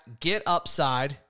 GetUpside